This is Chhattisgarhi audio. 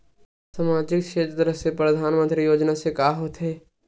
सामजिक क्षेत्र से परधानमंतरी योजना से का होथे?